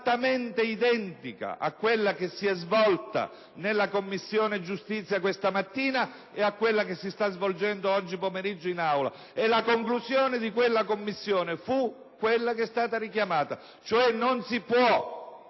esattamente identica a quella che si è svolta in Commissione giustizia questa mattina e a quella che si sta svolgendo oggi pomeriggio in Aula, e la conclusione di quelle Commissioni fu quella che è stata richiamata: